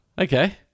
Okay